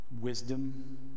wisdom